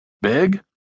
Big